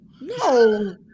No